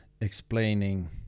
explaining